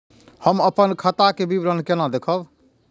हम अपन खाता के विवरण केना देखब?